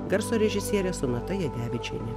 garso režisierė sonata jadevičienė